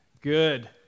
Good